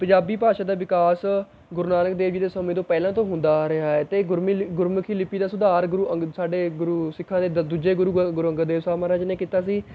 ਪੰਜਾਬੀ ਭਾਸ਼ਾ ਦਾ ਵਿਕਾਸ ਗੁਰੂ ਨਾਨਕ ਦੇਵ ਜੀ ਦੇ ਸਮੇਂ ਤੋਂ ਪਹਿਲਾਂ ਤੋਂ ਹੁੰਦਾ ਆ ਰਿਹਾ ਹੈ ਅਤੇ ਗੁਰਮੀਲ ਗੁਰਮੁਖੀ ਲਿਪੀ ਦਾ ਸੁਧਾਰ ਗੁਰੂ ਅੰਗਦ ਸਾਡੇ ਗੁਰੂ ਸਿੱਖਾਂ ਦੇ ਦ ਦੂਜੇ ਗੁਰੂ ਗੁਰੂ ਅੰਗਦ ਦੇਵ ਸਾਹਿਬ ਮਹਾਰਾਜ ਨੇ ਕੀਤਾ ਸੀ